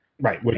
Right